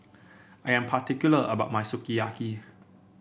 I am particular about my Sukiyaki